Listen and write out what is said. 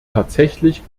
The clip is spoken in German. tatsächlich